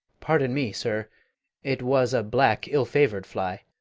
pardon me, sir it was a black ill-favour'd fly,